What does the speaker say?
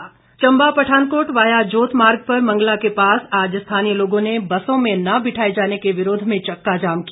चक्का जाम चम्बा पठानकोट वाया जोत मार्ग पर मंगला के पास आज स्थानीय लोगों ने बसों में न बिठाए जाने के विरोध में चक्का जाम किया